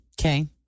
Okay